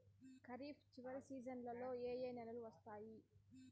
ఖరీఫ్ చివరి సీజన్లలో ఏ ఏ నెలలు వస్తాయి